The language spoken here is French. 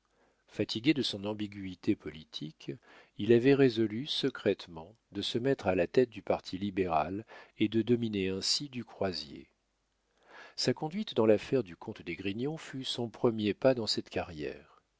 fatigué de son ambiguïté politique il avait résolu secrètement de se mettre à la tête du parti libéral et de dominer ainsi du croisier sa conduite dans l'affaire du comte d'esgrignon fut son premier pas dans cette carrière